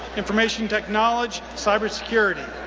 information technology, cybersecurity.